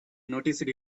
noticed